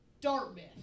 Dartmouth